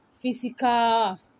physical